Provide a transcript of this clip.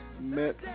met